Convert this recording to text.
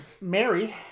Mary